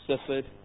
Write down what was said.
suffered